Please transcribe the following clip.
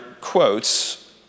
quotes